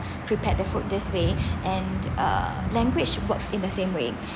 prepared the food this way and uh language works in the same way